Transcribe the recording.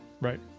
right